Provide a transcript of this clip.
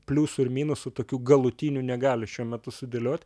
pliusų ir minusų tokių galutinių negali šiuo metu sudėliot